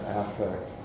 affect